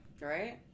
Right